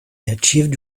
achieved